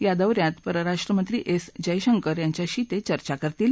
या दौ यामधे परराष्ट्र मंत्री एस जयशंकर यांच्याशी ते चर्चा करतील